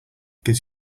gives